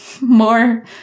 More